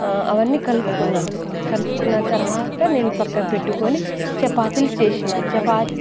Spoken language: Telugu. అవన్నీ కలుపుకున్నాను కలుపుకున్న తరువాత నేను పక్కకు పెట్టుకొని చపాతీలు చేసాను చపాతి